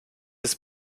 ist